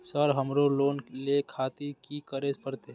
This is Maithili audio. सर हमरो लोन ले खातिर की करें परतें?